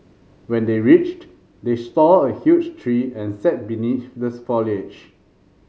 when they reached they saw a huge tree and sat beneath the foliage